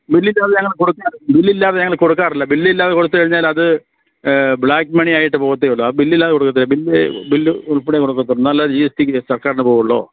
ബില്ലില്ലാതെ ഞങ്ങൾ കൊടുക്കാറില്ല ബില്ലില്ലാതെ ഞങ്ങൾ കൊടുക്കാറില്ല ബില്ലില്ലാതെ കൊടുത്ത് കഴിഞ്ഞാൽ അത് ബ്ലാക്ക് മണിയായിട്ട് പോവത്തേ ഉള്ളു അത് ബില്ലില്ലാതെ കൊടുക്കത്തില്ല ബില്ല് ബില്ല് ഉൾപ്പെടെ കൊടുക്കത്തുള്ളൂ എന്നാലെ ജി എസ് ടി സർക്കാരിന് പോവുള്ളൂ